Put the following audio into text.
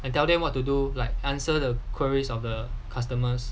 and tell them what to do like answer the queries of the customers